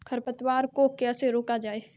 खरपतवार को कैसे रोका जाए?